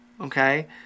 Okay